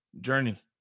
journey